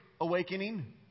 awakening